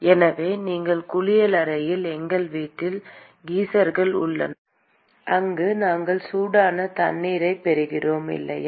எனவே எங்கள் குளியலறையில் எங்கள் வீட்டில் கீசர்கள் உள்ளன அங்கு நாம்சூடான தண்ணீரைப் பெறுகிறோம் இல்லையா